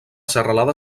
serralada